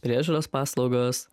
priežiūros paslaugos